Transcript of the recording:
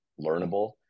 learnable